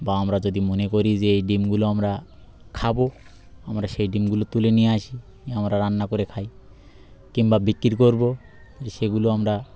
বা আমরা যদি মনে করি যে এই ডিমগুলো আমরা খাবো আমরা সেই ডিমগুলো তুলে নিয়ে আসি আমরা রান্না করে খাই কিংবা বিক্রি করবো সেগুলো আমরা